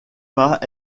pas